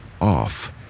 off